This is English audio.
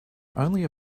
only